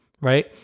Right